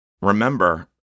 remember